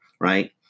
right